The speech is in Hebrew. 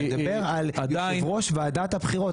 אני מדבר על יושב ראש ועדת הבחירות.